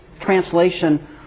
translation